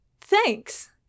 Thanks